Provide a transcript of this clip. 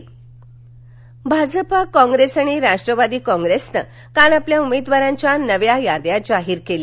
लोकसभा निवडणक भाजपा कॉप्रेस आणि राष्ट्रवादी कॉप्रेसनं काल आपल्या उमेदवारांच्या नव्या याद्या जाहीर केल्या